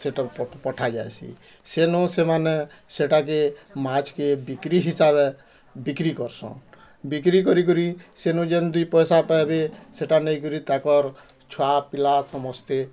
ସେଟାକୁ ପଠା ଯାଏସି ସେନୁ ସେମାନେ ସେଟାକେ ମାଛକେ ବିକ୍ରି ହିସାବେ ବିକ୍ରି କରସନ୍ ବିକ୍ରି କରି କରି ସେନୁ ଯେମିତି ଦୁଇ ପଇସା ପାଇବି ସେଟା ନେଇକରି ତାଙ୍କର ଛୁଆ ପିଲା ସମସ୍ତେ